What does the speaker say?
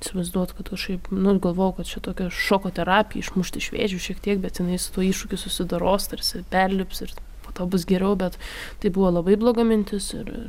įsivaizduot kad kažkaip nu galvojau kad čia tokia šoko terapija išmušt iš vėžių šiek tiek bet jinai su tuo iššūkiu susidoros tarsi perlips ir po to bus geriau bet tai buvo labai bloga mintis ir ir